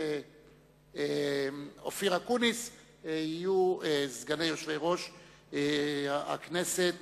ואופיר אקוניס לסגנים ליושב-ראש הכנסת